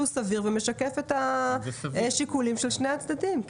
סביר ומשקף את השיקולים של שני הצדדים.